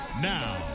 Now